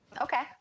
okay